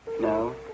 No